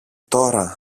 τώρα